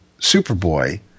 Superboy